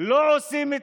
לא עושים,